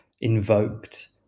invoked